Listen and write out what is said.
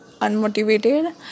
unmotivated